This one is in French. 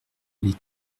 les